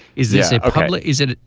is this a cappella is it.